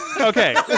Okay